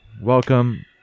welcome